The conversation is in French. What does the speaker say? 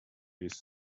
lès